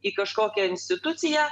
į kažkokią instituciją